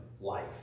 life